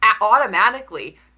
automatically